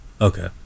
Okay